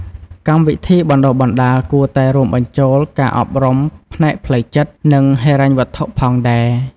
កម្មវិធីបណ្ដុះបណ្ដាលគួរតែរួមបញ្ចូលការអប់រំផ្នែកផ្លូវចិត្ត និងហិរញ្ញវត្ថុផងដែរ។